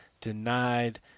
denied